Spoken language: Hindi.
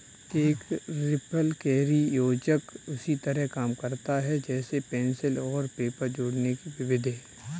एक रिपलकैरी योजक उसी तरह काम करता है जैसे पेंसिल और पेपर जोड़ने कि विधि